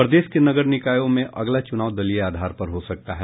प्रदेश के नगर निकायों में अगला चुनाव दलीय आधार पर हो सकता है